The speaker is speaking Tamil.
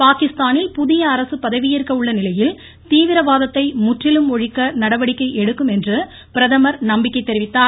பாகிஸ்தானில் புதிய அரசு பதவியேற்க உள்ள நிலையில் தீவிரவாதத்தை முற்றிலும் ஒழிக்க நடவடிக்கை எடுக்கும் என்று பிரதமர் நம்பிக்கை தெரிவித்தார்